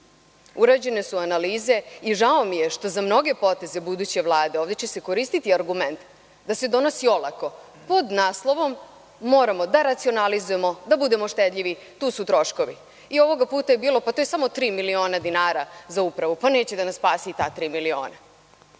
Urađene su analize i žao mi je što će se za mnoge poteze buduće Vlade ovde koristiti argument da se donosi olako, pod naslovom – moramo da racionalizujemo, da budemo štedljivi, tu su troškovi. I ovoga puta je bilo – pa to je samo tri miliona dinara za Upravu, neće da nas spasu ta tri miliona. Ovde